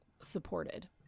supported